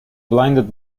blinded